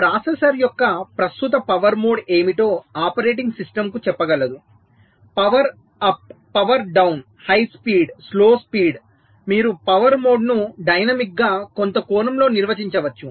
processor యొక్క ప్రస్తుత power mode ఏమిటో ఆపరేటింగ్ సిస్టమ్ చెప్పగలదు power up power down high speed slow speed మీరు పవర్ మోడ్ను డైనమిక్గా కొంత కోణంలో నిర్వచించవచ్చు